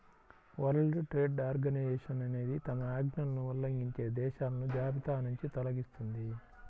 world trade organisation అనేది తమ ఆజ్ఞలను ఉల్లంఘించే దేశాలను జాబితానుంచి తొలగిస్తుంది